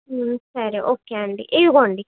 సరే ఓకే అండి ఇదిగోండి